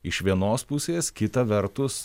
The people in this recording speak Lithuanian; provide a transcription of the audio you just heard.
iš vienos pusės kita vertus